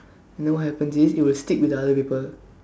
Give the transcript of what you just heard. and then what happen is it will stick with the other paper